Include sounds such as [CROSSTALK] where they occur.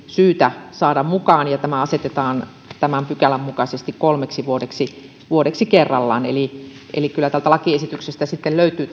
syytä saada mukaan ja tämä asetetaan tämän pykälän mukaisesti kolmeksi vuodeksi vuodeksi kerrallaan eli eli kyllä tästä lakiesityksestä sitten löytyy [UNINTELLIGIBLE]